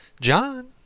John